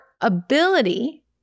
ability